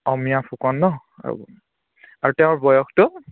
অমীয়া ফুকন নহ্ ৰ'ব আৰু তেওঁৰ বয়সটো